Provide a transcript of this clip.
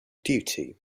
duty